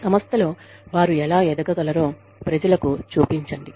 సంస్థలో వారు ఎలా ఎదగగలరో ప్రజలకు చూపించండి